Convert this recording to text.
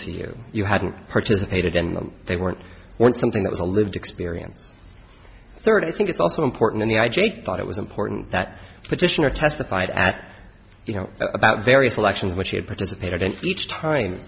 to you you hadn't participated in them they weren't when something that was a lived experience third i think it's also important in the i jake thought it was important that petitioner testified at you know about various elections which he had participated in each time